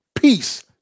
peace